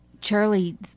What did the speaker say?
Charlie